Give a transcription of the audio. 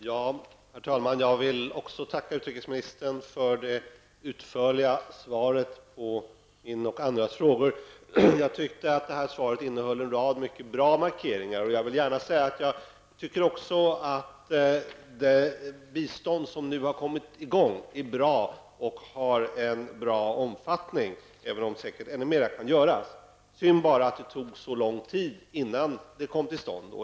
Herr talman! Jag vill också tacka utrikesministern för det utförliga svaret på min fråga och andras frågor. Jag tycker att svaret innehåller en rad mycket bra markeringar. Jag vill också gärna säga att jag tycker att det bistånd som nu har kommit i gång är bra och att det har en bra omfattning, även om säkert ännu mera kan göras. Det är bara synd att det tog så lång tid innan det kom till stånd.